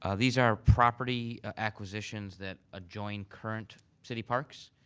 ah these are property acquisitions that adjoin current city parks.